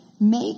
make